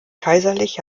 kaiserlich